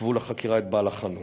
עיכבו לחקירה את בעל החנות.